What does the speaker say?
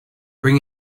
bring